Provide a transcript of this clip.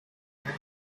very